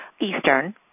Eastern